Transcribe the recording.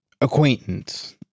acquaintance